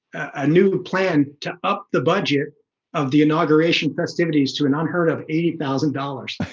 a new plan to up the budget of the inauguration festivities to an unheard of eighty thousand dollars